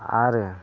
आरो